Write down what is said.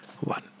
one